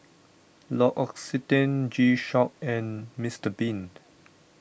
L'Occitane G Shock and Mister Bean